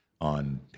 on